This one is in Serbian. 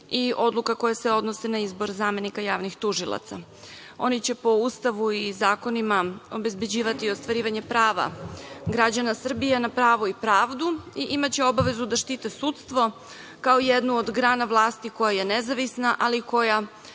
i odluka koja se odnosi na izbor zamenika javnih tužilaca. Oni će po Ustavu i zakonima obezbeđivati ostvarivanje prava građana Srbije na pravo i pravdu i imaće obavezu da štite sudstvo, kao jednu od grana vlasti koja je nezavisna, ali koja